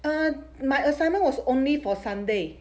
um my assignment was only for sunday